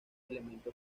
elemento